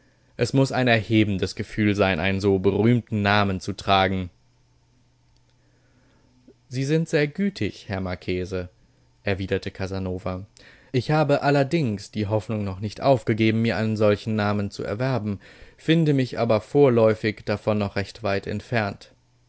es muß ein erhebendes gefühl sein einen so berühmten namen zu tragen sie sind sehr gütig herr marchese erwiderte casanova ich habe allerdings die hoffnung noch nicht aufgegeben mir einen solchen namen zu erwerben finde mich aber vorläufig davon noch recht weit entfernt